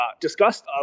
discussed